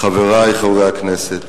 חברי חברי הכנסת,